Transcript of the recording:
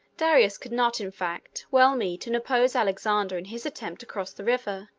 darius could not, in fact, well meet and oppose alexander in his attempt to cross the river,